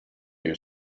you